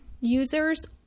users